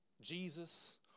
Jesus